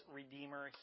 Redeemer